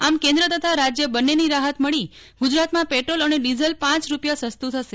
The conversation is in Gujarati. આમકેન્દ્ર તથા રાજ્ય બંનેની રાહત મળી ગુજરાતમાં પેટ્રોલ અને ડિઝલ પાંચ રૂપિયા સસ્તુ થશે